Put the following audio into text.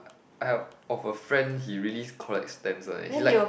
I of a friend he really collect stamps one he like